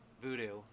voodoo